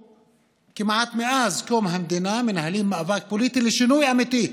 כמעט מאז קום המדינה אנחנו מנהלים מאבק פוליטי לשינוי אמיתי,